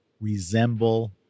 resemble